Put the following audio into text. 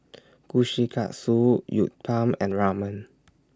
Kushikatsu Uthapam and Ramen